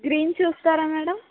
green చూస్తారా madam